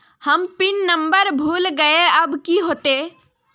हम pin number भूल गलिऐ अब की होते?